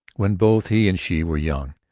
when both he and she were young.